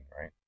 right